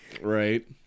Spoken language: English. Right